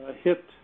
hit